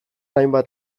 hainbat